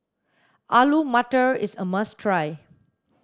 Alu Matar is a must try